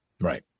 right